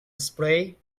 spray